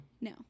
No